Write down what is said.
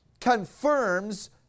confirms